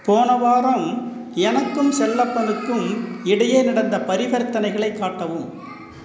போன வாரம் எனக்கும் செல்லப்பனுக்கும் இடையே நடந்த பரிவர்த்தனைகளை காட்டவும்